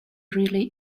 really